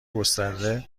گسترده